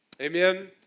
Amen